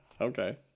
Okay